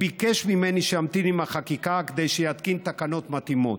שאמתין עם החקיקה כדי שיתקין תקנות מתאימות.